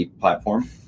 platform